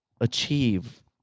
achieve